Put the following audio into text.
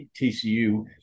TCU